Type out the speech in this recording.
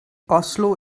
oslo